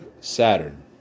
Saturn